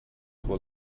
for